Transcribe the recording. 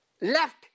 left